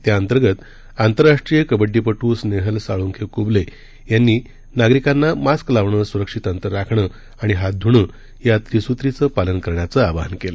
त्याअंतर्गत आंतरराष्ट्रीय कबड्डीपटू स्नेहल साळुंखे कुबले यांनी नागरिकांना मास्क लावणं सुरक्षित अंतर राखण आणि हात धुणं या त्रिसूत्रीचं पालन करण्याचं आवाहन केलं